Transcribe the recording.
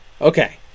Okay